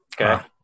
Okay